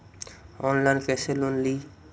Online कैसे loan ली?